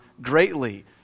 greatly